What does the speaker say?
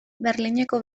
berlineko